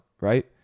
right